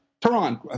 Tehran